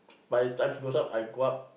by the time close up I go up